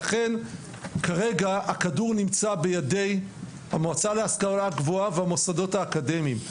לכן כרגע הכדור נמצא בידי המועצה להשכלה גבוהה והמוסדות האקדמיים.